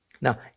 Now